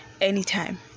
anytime